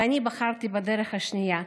אני בחרתי בדרך השנייה,